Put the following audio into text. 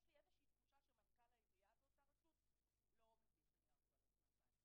יש לי תחושה שמנכ"ל העירייה באותה רשות לא מביא את נייר הטואלט מן הבית.